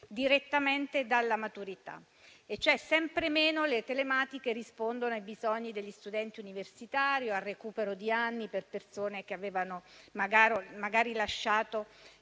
direttamente dalla maturità. Sempre meno le università telematiche rispondono ai bisogni degli studenti universitari o al recupero di anni per persone che avevano magari lasciato